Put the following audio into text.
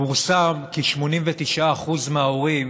פורסם כי 89% מההורים